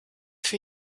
für